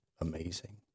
amazing